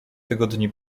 tygodni